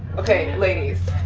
okay, ladies,